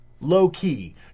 Low-key